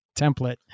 template